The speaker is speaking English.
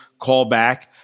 callback